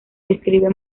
escribe